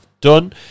done